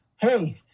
hey